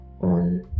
on